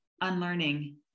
unlearning